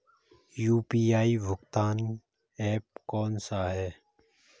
UPI भुगतान app कौन सा है?